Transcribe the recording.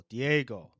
Diego